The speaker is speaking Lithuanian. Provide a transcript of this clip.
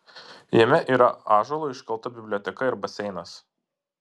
jame yra ąžuolu iškalta biblioteka ir baseinas